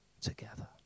together